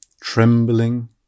trembling